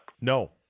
No